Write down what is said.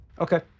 okay